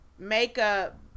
makeup